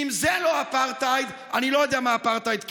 אם זה לא אפרטהייד, אני לא יודע מה כן אפרטהייד.